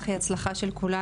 ההצלחה שלך היא הצלחה של כולנו,